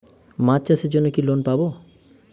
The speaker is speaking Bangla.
মাছ চাষের জন্য কি লোন পাব?